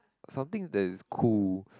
something that is cool